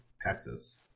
Texas